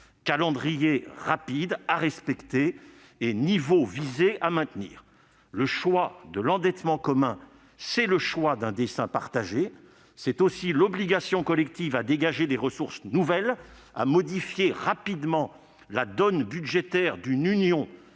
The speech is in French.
calendrier rapide à respecter et niveaux visés à maintenir. Le choix de l'endettement commun est celui d'un dessein partagé. C'est aussi l'obligation collective de dégager des ressources nouvelles et de modifier rapidement la donne budgétaire d'une Union